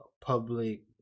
public